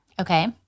Okay